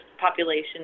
population